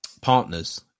partners